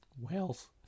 Wales